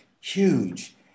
huge